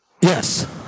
yes